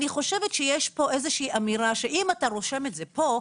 אני חושבת שיש פה איזה שהיא אמירה שאם אתה רושם את זה פה,